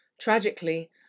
Tragically